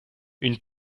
une